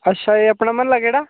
अच्छा एह् अपना म्हल्ला केह्ड़ा